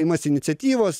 imas iniciatyvos